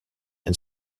and